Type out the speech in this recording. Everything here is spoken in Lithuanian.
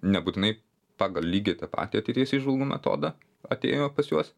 nebūtinai pagal lygiai tą patį ateities įžvalgų metodą atėjo pas juos